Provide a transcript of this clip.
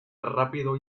rápido